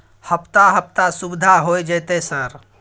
हफ्ता हफ्ता सुविधा होय जयते सर?